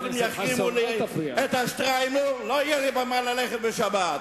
קודם יחרימו לי את השטריימל ולא יהיה לי במה ללכת בשבת.